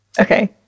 Okay